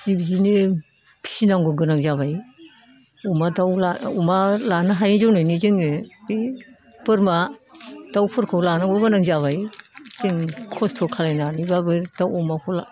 बेबायदिनो फिनांगौ गोनां जाबाय अमा दाउ अमा दाउ लानो हायै जुनैनो जोङो बे बोरमा दाउफोरखौ लानांगौ गोनां जाबाय जों खस्थ' खालायनानैब्लाबो दाउ अमाखौ ला